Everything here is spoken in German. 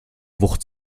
wucht